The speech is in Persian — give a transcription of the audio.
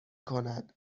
کند